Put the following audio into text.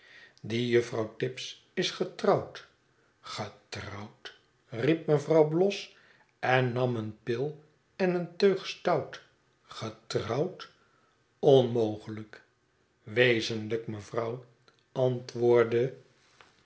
die juffrouw tibbs is getrouwd getrouwd riep mevrouw bloss en nam een pil en een teug stout getrouwd onmogelijk wezenlijk mevrouw antwoordde